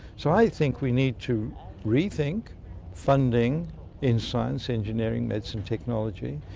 so i think we need to rethink funding in science, engineering, medicine, technology,